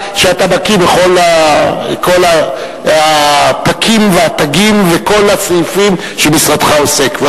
זה כי אתה בקי בכל הפַּכִּים והתגים ובכל הסעיפים שמשרדך עוסק בהם.